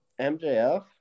MJF